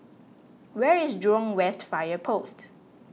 where is Jurong West Fire Post